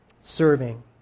serving